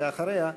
ואחריה,